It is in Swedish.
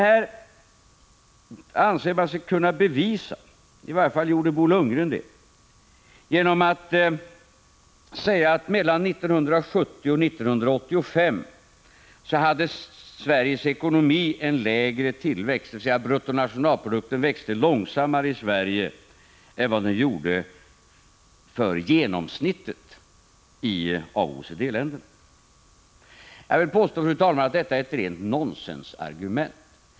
Detta anser man sig kunna bevisa — i varje fall försökte Bo Lundgren göra det — genom att säga att Sveriges ekonomi hade en lägre tillväxt mellan åren 1970 och 1985, dvs. att bruttonationalprodukten växte långsammare i Sverige än vad den gjorde för — Prot. 1985/86:158 genomsnittet av OECD-länderna. 2 juni 1986 Fru talman! Jag vill påstå att detta är ett rent nonsensargument.